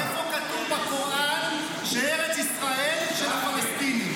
איפה כתוב בקוראן שארץ ישראל היא של הפלסטינים?